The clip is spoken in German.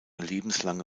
lebenslange